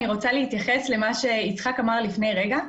אני רוצה להתייחס למה שיצחק אמר לפני רגע.